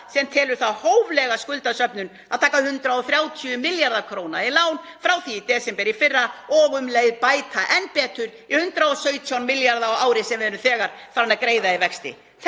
sem telur það hóflega skuldasöfnun að taka 130 milljarða kr. í lán frá því í desember í fyrra og um leið bæta um enn betur. 117 milljarðar á ári sem við erum þegar farin að greiða í vexti.